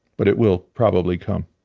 but it will probably come